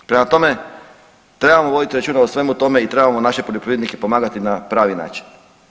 Prema tome, trebamo voditi računa o svemu tome i trebamo naše poljoprivrednike pomagati na pravi način.